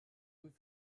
vull